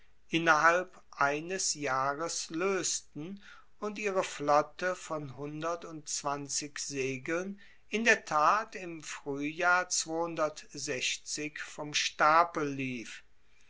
innerhalb eines jahres loesten und ihre flotte von hundertundzwanzig segeln in der tat im fruehjahr vom stapel lief